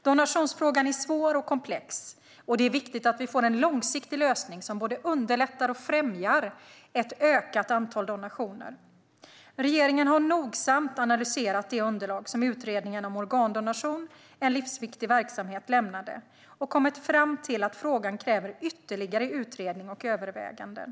Donationsfrågan är svår och komplex, och det är viktigt att vi får en långsiktig lösning som både underlättar och främjar ett ökat antal donationer. Regeringen har nogsamt analyserat det underlag som lämnades i utredningen Organdonat ion - En livsviktig verksamhet och kommit fram till att frågan kräver ytterligare utredning och överväganden.